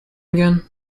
again